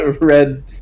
red